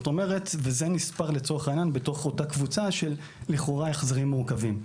זה נספר בתוך אותה קבוצה של לכאורה החזרים מורכבים.